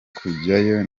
kujyayo